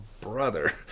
brother